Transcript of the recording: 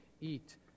eat